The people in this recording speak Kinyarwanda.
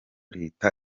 leta